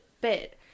bit